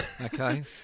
Okay